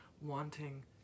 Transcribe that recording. wanting